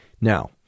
Now